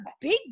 big